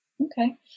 Okay